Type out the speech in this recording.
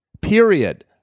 Period